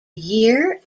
year